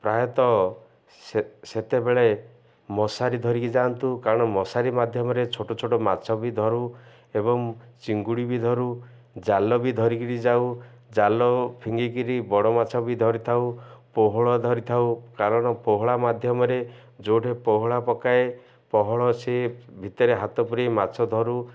ପ୍ରାୟତଃ ସେତେବେଳେ ମଶାରି ଧରିକି ଯାଆନ୍ତୁ କାରଣ ମଶାରି ମାଧ୍ୟମରେ ଛୋଟ ଛୋଟ ମାଛ ବି ଧରୁ ଏବଂ ଚିଙ୍ଗୁଡ଼ି ବି ଧରୁ ଜାଲ ବି ଧରିକିରି ଯାଉ ଜାଲ ଫିଙ୍ଗିକିରି ବଡ଼ ମାଛ ବି ଧରିଥାଉ ପୋହଳ ଧରିଥାଉ କାରଣ ପୋହଳା ମାଧ୍ୟମରେ ଯେଉଁଠି ପୋହଳା ପକାଏ ପୋହଳ ସି ଭିତରେ ହାତ ପୁରେଇ ମାଛ ଧରୁ